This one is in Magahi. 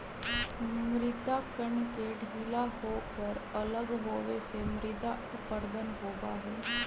मृदा कण के ढीला होकर अलग होवे से मृदा अपरदन होबा हई